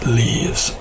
leaves